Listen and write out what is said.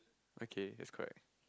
okay it's correct